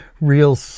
real